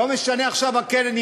לא משנה עכשיו הקרן,